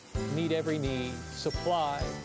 meet every need, supply,